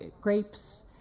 grapes